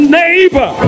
neighbor